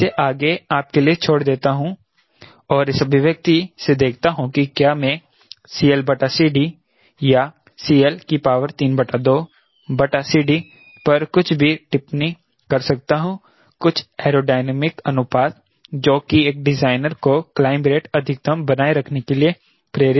मैं इसे आगे आप के लिए छोड़ देता हूं और इस अभिव्यक्ति से देखता हूं कि क्या मैं या CL32CDपर कुछ भी टिप्पणी कर सकता हूं कुछ एयरोडायनामिक अनुपात जो कि एक डिजाइनर को क्लाइंब रेट अधिकतम बनाए रखने के लिए प्रेरित करेगा